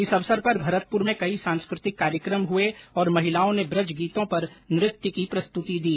इस अवसर पर भरतपुर में कई सांस्कृतिक कार्यक्रम हुए और महिलाओं ने ब्रज गीतों पर नृत्य की प्रस्तृति दी